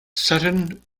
sutton